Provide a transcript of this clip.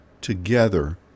together